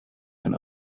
and